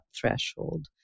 threshold